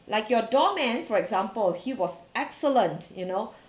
like your door man for example he was excellent you know